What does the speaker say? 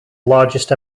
largest